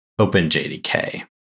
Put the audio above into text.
OpenJDK